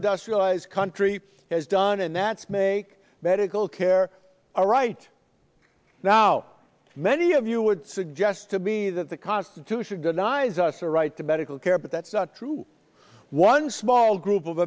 industrialized country has done and that's make medical care a right now many of you would suggest to me that the constitution denies us a right to medical care but that's not true one small group of